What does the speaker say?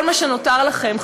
כל מה שנותר לכם,